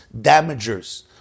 damagers